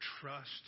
trust